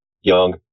young